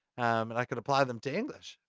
and i could apply them to english.